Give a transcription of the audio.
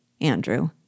Andrew